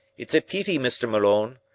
it's a peety, mr. malone,